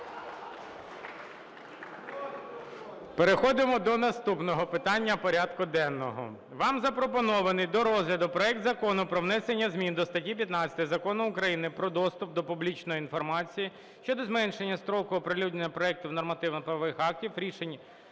Переходимо до наступного питання порядку денного. Вам запропонований до розгляду проект Закону про внесення змін до статті 15 Закону України "Про доступ до публічної інформації" щодо зменшення строку оприлюднення проектів нормативно-правових актів, рішень